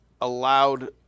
allowed